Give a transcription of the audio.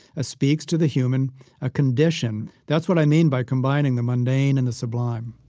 ah speaks to the human ah condition. that's what i mean by combining the mundane and the sublime